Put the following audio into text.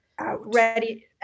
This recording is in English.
ready